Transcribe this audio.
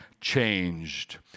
changed